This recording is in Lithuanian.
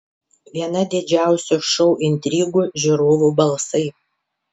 viena didžiausių šou intrigų žiūrovų balsai